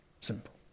Simple